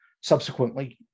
subsequently